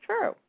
true